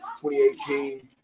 2018